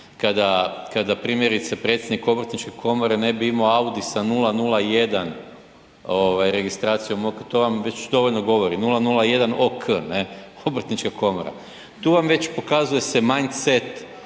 kada primjerice predsjednik obrtničke komore ne bi imao Audi sa 001 ovaj registracijom, to vam već dovoljno govori, 001 OK, obrtnička komora. Tu vam već pokazuje se manji set